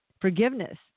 forgiveness